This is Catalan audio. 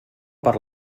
per